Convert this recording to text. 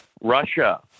Russia